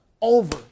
over